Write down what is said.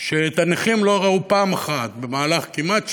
שאת הנכים לא ראו פעם אחת במהלך כמעט שנה,